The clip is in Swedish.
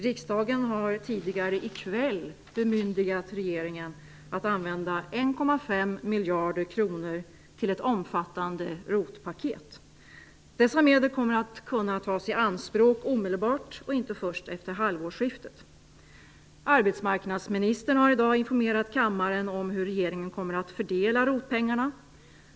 Riksdagen har tidigare i kväll bemyndigat regeringen att använda paket. Dessa medel kommer att kunna tas i anspråk omedelbart och inte först efter halvårsskiftet. Arbetsmarknadsministern har i dag informerat kammaren om hur regeringen kommer att fördela ROT-pengarna.